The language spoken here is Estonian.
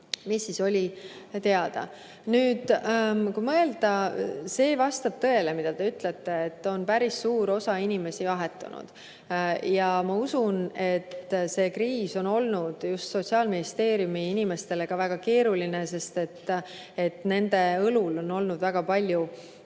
mis siis oli teada. Nüüd, kui mõelda, siis vastab tõele, mis te ütlesite, et on päris suur osa inimesi vahetunud. Ma usun, et see kriis on olnud just Sotsiaalministeeriumi inimestele väga keeruline. Nende õlul on olnud väga suur